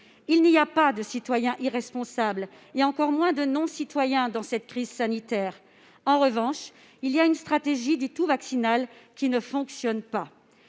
Il n'y a pas de citoyens irresponsables et encore moins de non-citoyens dans cette crise sanitaire. En revanche, il y a une stratégie du tout vaccinal qui ne fonctionne pas.